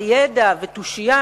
ידע ותושייה,